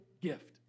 gift